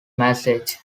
message